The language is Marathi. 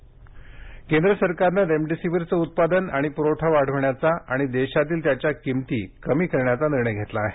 रेमडेसीवीर सरकारने रेमडेसिवीरचे उत्पादन आणि पुरवठा वाढविण्याचा आणि देशातील त्याच्या किंमती कमी करण्याचा निर्णय घेतला आहे